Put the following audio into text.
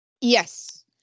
Yes